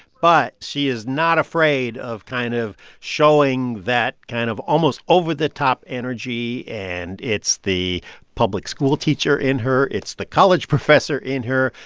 but she is not afraid of kind of showing that kind of almost over-the-top energy. and it's the public school teacher in her. it's the college professor in her.